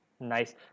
Nice